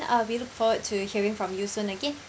uh we look forward to hearing from you soon again